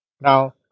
Now